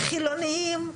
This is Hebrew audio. חילונים,